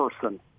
person